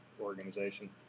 organization